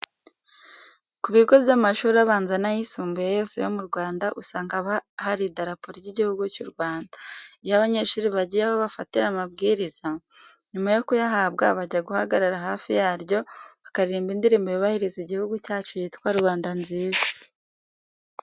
Ku bigo by'amashuri abanza n'ayisumbuye yose yo mu Rwanda usanga haba hari Idarapo ry'igihugu cy'u Rwanda. Iyo abanyeshuri bagiye aho bafatira amabwiriza, nyuma yo kuyahabwa bajya guhagarara hafi yaryo bakaririmba indirimbo yubahiriza Igihugu cyacu yitwa Rwanda nziza.